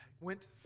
went